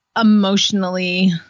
emotionally